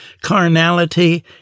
carnality